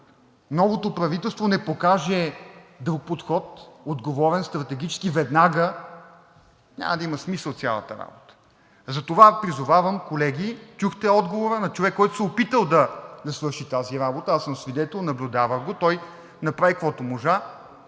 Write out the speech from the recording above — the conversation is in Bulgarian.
новото правителство не покаже друг подход, отговорен, стратегически, веднага, няма да има смисъл от цялата работа. Затова призовавам, колеги – чухте отговора на човек, който се е опитал да свърши тази работа – аз съм свидетел, наблюдавах го. Той направи каквото можа,